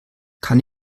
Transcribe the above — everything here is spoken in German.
kann